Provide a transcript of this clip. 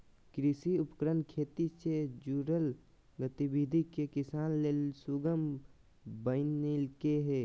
कृषि उपकरण खेती से जुड़ल गतिविधि के किसान ले सुगम बनइलके हें